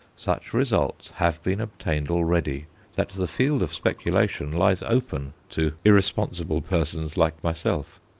such results have been obtained already that the field of speculation lies open to irresponsible persons like myself.